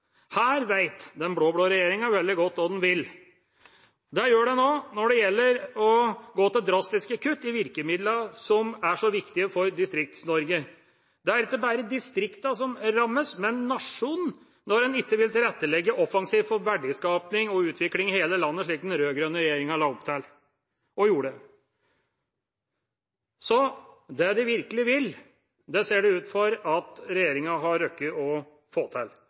Her vet den blå-blå regjeringa veldig godt hva den vil. Det gjør den også når det gjelder å gå til drastiske kutt i de virkemidlene som er så viktige for Distrikts-Norge. Det er ikke bare distriktene som rammes, men også nasjonen, når en ikke vil tilrettelegge offensivt for verdiskaping og utvikling i hele landet, slik den rød-grønne regjeringa la opp til og gjorde. Det regjeringa virkelig vil, ser det ut til at den har rukket å få til.